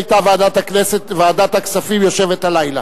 היתה ועדת הכספים יושבת הלילה.